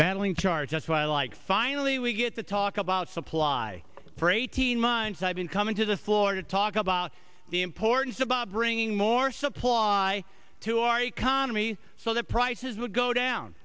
handling charge that's why i like finally we get to talk about supply for eighteen months i've been coming to the floor to talk about the importance of bringing more supply to our economy so that prices would go down